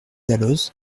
dalloz